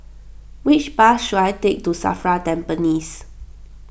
which bus should I take to Safra Tampines